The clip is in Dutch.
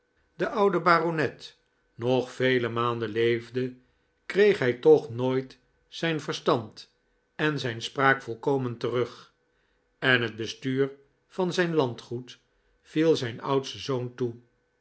de oude baronet nog vele maanden leefde kreeg hij toch nooit zijn s jl j verstand en zijn spraak volkomen terug en het bestuur van zijn landgoed viel zijn loaoo j oudsten zoon toe